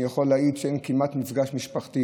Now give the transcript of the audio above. אני יכול להעיד שאין כמעט מפגש משפחתי